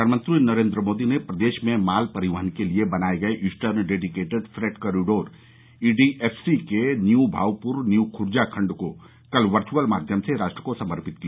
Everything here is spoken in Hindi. प्रधानमंत्री नरेन्द्र मोदी ने प्रदेश में माल परिवहन के लिए बनाये गये eastern dedicated freight corridor E D F C के न्यू भाउपुर न्यू खुर्जा खंड को कल वर्यअल माध्यम से राष्ट्र को समर्पित किया